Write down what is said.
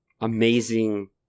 amazing